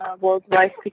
worldwide